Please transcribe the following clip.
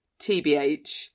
TBH